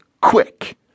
quick